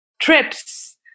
trips